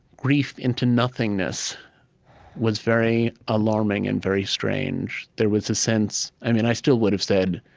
grief into nothingness was very alarming and very strange. there was a sense and and i still would have said,